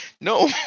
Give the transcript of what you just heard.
No